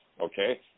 okay